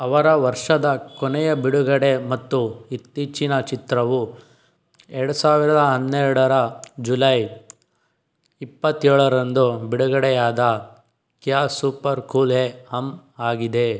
ಅವರ ವರ್ಷದ ಕೊನೆಯ ಬಿಡುಗಡೆ ಮತ್ತು ಇತ್ತೀಚಿನ ಚಿತ್ರವು ಎರಡು ಸಾವಿರದ ಹನ್ನೆರಡರ ಜುಲೈ ಇಪ್ಪತ್ತೇಳರಂದು ಬಿಡುಗಡೆಯಾದ ಕ್ಯಾ ಸೂಪರ್ ಕೂಲ್ ಹೇ ಹಮ್ ಆಗಿದೆ